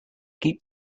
keep